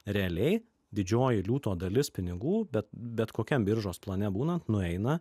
realiai didžioji liūto dalis pinigų bet bet kokiam biržos plane būnant nueina